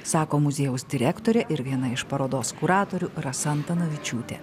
sako muziejaus direktorė ir viena iš parodos kuratorių rasa antanavičiūtė